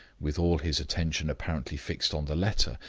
with all his attention apparently fixed on the letter,